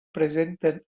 presenten